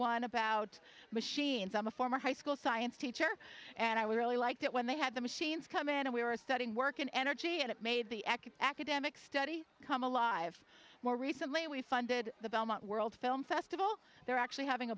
one about machines i'm a former high school science teacher and i we really liked it when they had the machines come in and we were studying work in energy and it made the academic study come alive more recently we funded the belmont world film festival they're actually having